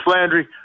Landry